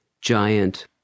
giant